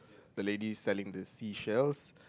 the lady selling the seashells